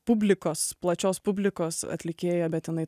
publikos plačios publikos atlikėja bet jinai